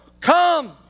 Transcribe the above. come